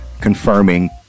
confirming